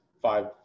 five